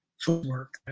footwork